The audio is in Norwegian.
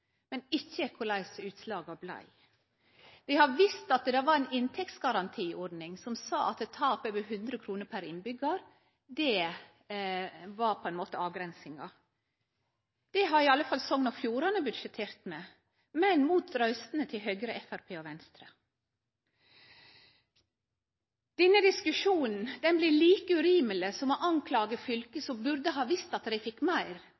men ikkje korleis utslaga blei. Vi har visst at det var ei inntektsgarantiordning som sa at tap over 100 kr per innbyggjar var avgrensinga. Det har i alle fall Sogn og Fjordane budsjettert med, men mot røystene til Høgre, Framstegspartiet og Venstre. Denne diskusjonen blir like urimeleg som å anklage fylke som burde ha visst at dei fekk meir,